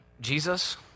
Jesus